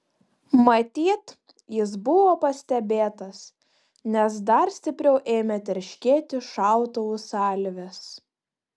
matyt jis buvo pastebėtas nes dar stipriau ėmė traškėti šautuvų salvės